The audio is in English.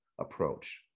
approach